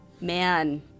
man